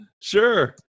Sure